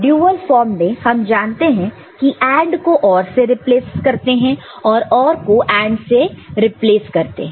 dual form में हम जानते हैं कि AND को OR से रिप्लेस करते हैं और OR को AND से रिप्लाई करते हैं